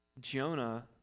Jonah